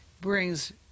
brings